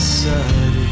sudden